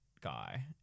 guy